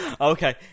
Okay